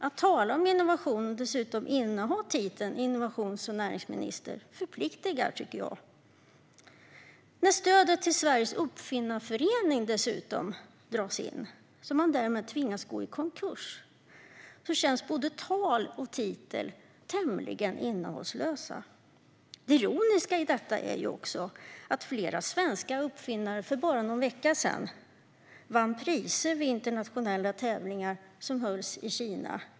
Att tala om innovation och dessutom inneha titeln innovations och näringsminister förpliktar, tycker jag. När stödet till Svenska Uppfinnareföreningen dessutom dras in, så man därmed tvingas gå i konkurs, känns både tal och titel tämligen innehållslösa. Det ironiska i detta är också att flera svenska uppfinnare för bara någon vecka sedan vann priser vid internationella tävlingar som hölls i Kina.